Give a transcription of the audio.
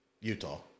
Utah